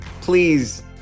please